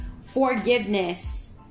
forgiveness